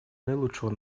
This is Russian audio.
наилучшего